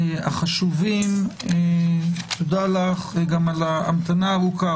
החשובים, תודה לך גם על ההמתנה הארוכה.